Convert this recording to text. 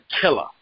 killer